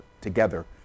together